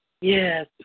Yes